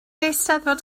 eisteddfod